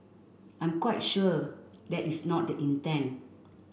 I'm quite sure that is not the intent